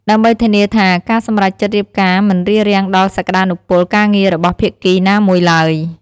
ដើម្បីធានាថាការសម្រេចចិត្តរៀបការមិនរារាំងដល់សក្តានុពលការងាររបស់ភាគីណាមួយឡើយ។